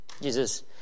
Jesus